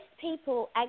people